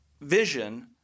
vision